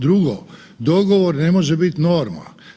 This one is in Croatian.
Drugo dogovor ne može biti norma.